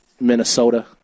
Minnesota